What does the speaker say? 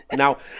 now